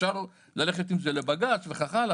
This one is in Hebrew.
אפשר ללכת עם זה לבג"צ וכך הלאה,